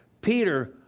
Peter